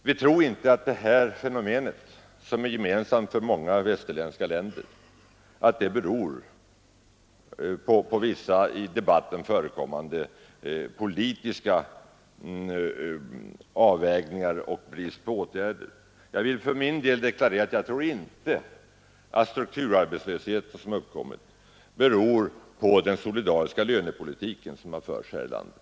Vi tror inte att detta fenomen, som är gemensamt för många västerländska länder, beror på vissa i debatten förekommande politiska avvägningar och brist på åtgärder. Jag vill för min del deklarera att jag inte tror att den strukturarbetslöshet som förekommer t.ex. beror på den solidariska lönepolitik som förts här i landet.